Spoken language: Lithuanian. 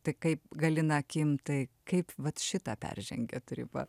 tai kaip galina kim tai kaip vat šitą peržengėt ribą